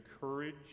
courage